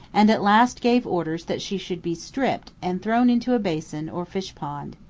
and at last gave orders that she should be stripped, and thrown into a basin, or fish-pond.